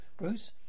Bruce